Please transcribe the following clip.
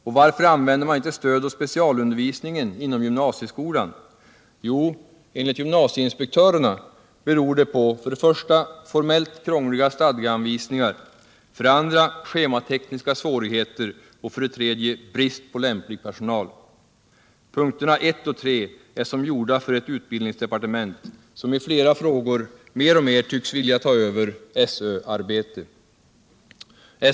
Och varför använder man inte stödoch specialundervisningen inom gymnasieskolan? Jo, enligt gymnasieinspektörerna beror det på: Punkterna 1 och 3 är som gjorda för ett utbildningsdepartement som i flera frågor mer och mer tycks vilja ta över SÖ-arbete.